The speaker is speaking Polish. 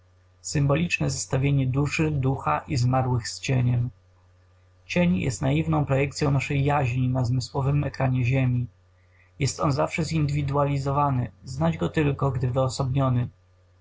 hipostazyi symboliczne zestawienie duszy ducha i zmarłych z cieniem cień jest naiwną projekcyą naszej jaźni na zmysłowym ekranie ziemi jest on zawsze zindywidualizowany znać go tylko gdy wyosobniony